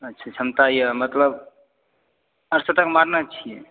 अच्छा क्षमता यऽ मतलब अर्द्धशतक मारने छी